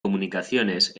comunicaciones